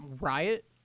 riot